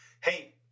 hey